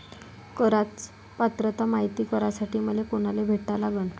कराच पात्रता मायती करासाठी मले कोनाले भेटा लागन?